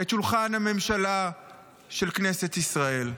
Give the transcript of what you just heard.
את שולחן הממשלה של כנסת ישראל?